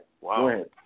Wow